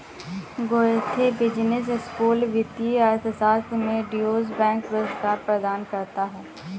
Goethe business school वित्तीय अर्थशास्त्र में ड्यूश बैंक पुरस्कार प्रदान करता है